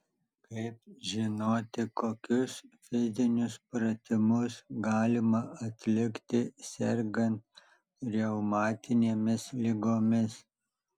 kaip žinoti kokius fizinius pratimus galima atlikti sergant reumatinėmis ligomis